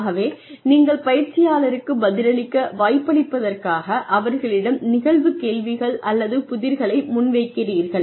ஆகவே நீங்கள் பயிற்சியாளருக்கு பதிலளிக்க வாய்ப்பளிப்பதற்காக அவர்களிடம் நிகழ்வு கேள்விகள் அல்லது புதிர்களை முன்வைக்கிறீர்கள்